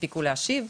הספיקו להשיב.